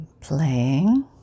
playing